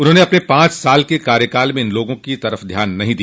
उन्होंने अपने पांच साल के कार्यकाल में इन लोगों की तरफ ध्यान नहीं दिया